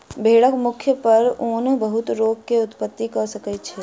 भेड़क मुख पर ऊन बहुत रोग के उत्पत्ति कय सकै छै